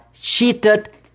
cheated